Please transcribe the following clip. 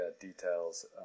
details